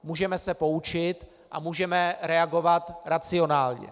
Můžeme se poučit a můžeme reagovat racionálně.